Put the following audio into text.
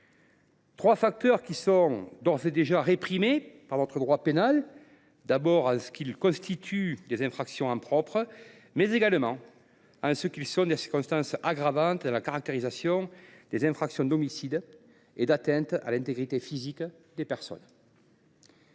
trois éléments sont d’ores et déjà réprimés par notre droit pénal, puisqu’ils constituent des infractions en propre, mais également des circonstances aggravantes dans la caractérisation des infractions d’homicide et d’atteinte à l’intégrité physique de la personne.